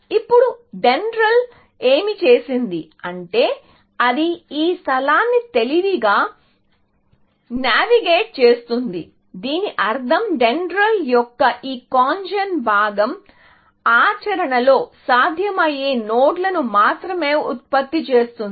ఇప్పుడు డెండ్రాళ్ ఏమి చేసింది అంటే అది ఈ స్థలాన్ని తెలివిగా నావిగేట్ చేస్తుంది దీని అర్థం డెండ్రాళ్ యొక్క ఈ CONGEN భాగం ఆచరణలో సాధ్యమయ్యే నోడ్లను మాత్రమే ఉత్పత్తి చేస్తుంది